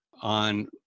on